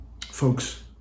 folks